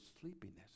sleepiness